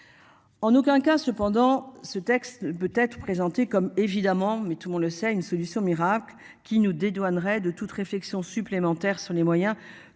En aucun cas cependant ce texte peut être présenté comme évidemment mais tout le monde le sait, une solution miracle qui nous dédouaneraient de toute réflexion supplémentaire sur les moyens que